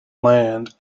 land